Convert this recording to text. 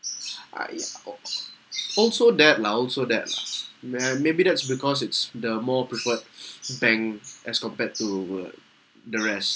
ah ya al~ also that lah also that lah may and maybe that's because it's the more preferred bank as compared to the the rest